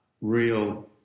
real